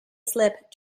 slip